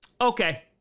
Okay